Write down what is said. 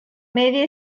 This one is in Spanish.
media